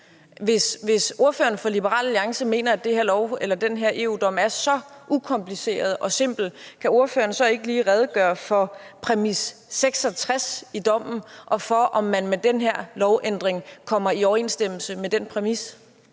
Hvis ordføreren for Liberal Alliance mener, at den her EU-dom er så ukompliceret og simpel, kan ordføreren så ikke lige redegøre for præmis 66 i dommen og for, om man med den her lovændring kommer i overensstemmelse med den præmis?